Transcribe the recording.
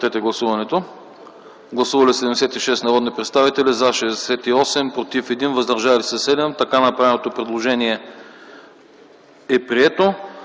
на гласуване. Гласували 76 народни представители: за 68, против 1, въздържали се 7. Така направеното предложение е прието.